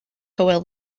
hywel